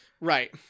right